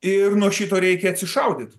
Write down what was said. ir nuo šito reikia atsišaudyt